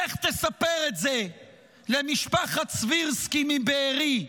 לך תספר את זה למשפחת סבירסקי מבארי,